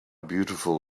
beautiful